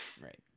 Right